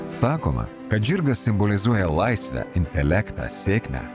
sakoma kad žirgas simbolizuoja laisvę intelektą sėkmę